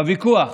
חבריי, בוויכוח